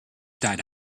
died